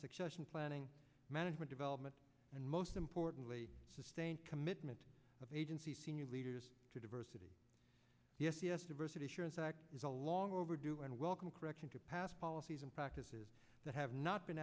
succession planning management development and most importantly sustained commitment of agency senior leaders to diversity the s e s diversity assurance act is a long overdue and welcome correction to pass policies and practices that have not been